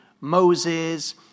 Moses